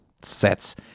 sets